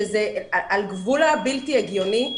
שזה על גבול הבלתי הגיוני.